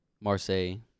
Marseille